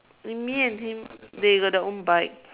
me and him they got their own bike